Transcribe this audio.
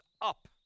up